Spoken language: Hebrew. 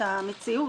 את המציאות.